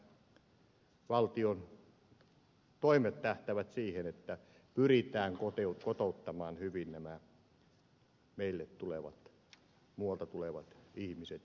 kuitenkin nämä valtion toimet tähtäävät siihen että pyritään kotouttamaan hyvin nämä meille tulevat muualta tulevat ihmiset